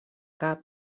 cap